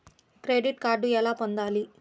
Credit card ఎలా పొందాలి?